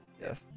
Yes